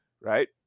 right